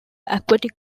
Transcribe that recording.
aquatic